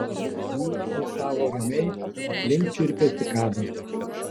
jūra alsavo ramiai aplink čirpė cikados